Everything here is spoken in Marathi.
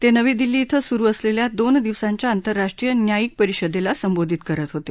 ते नवी दिल्ली इथं सुरु असलेल्या दोन दिवसांच्या आंतरराष्ट्रीय न्यायिक परिषदेला संबोधित करत होते